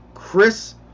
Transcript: Chris